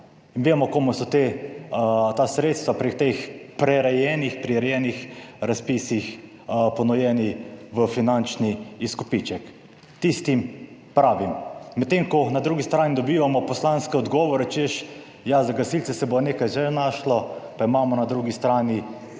vemo komu so ta sredstva pri teh prirejenih, prirejenih razpisih ponujeni v finančni izkupiček. Tistim pravim medtem ko na drugi strani dobivamo poslanske odgovore češ ja za gasilce se bo nekaj že našlo pa imamo na drugi strani